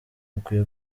mukwiye